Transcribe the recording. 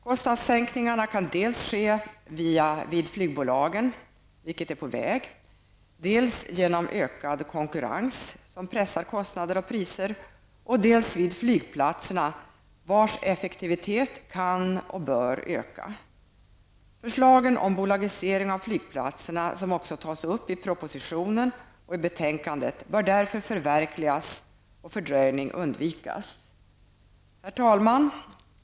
Kostnadssänkningarna kan dels genomföras inom flygbolagen, vilken process är på väg, dels genom ökad konkurrens som pressar kostnader och priser, dels genom rationaliseringsåtgärder inom flygplatserna vilkas effektivitet kan och bör ökas. Förslagen om bolagisering av flygplatserna, som också tas upp i propositionen och i betänkandet, bör därför förverkligas och fördröjning av genomförandet undvikas. Herr talman!